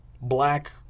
black